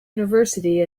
university